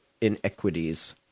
inequities